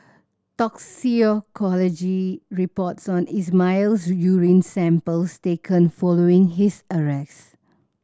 toxicology reports on Ismail's urine samples taken following his arrest